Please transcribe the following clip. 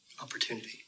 Opportunity